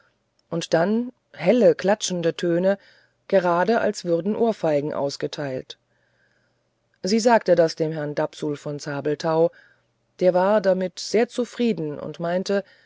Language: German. und dann helle klatschende töne gerade als würden ohrfeigen ausgeteilt sie sagte das dem herrn dapsul von zabelthau der war damit sehr zufrieden und meinte